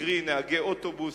קרי נהגי אוטובוס,